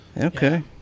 okay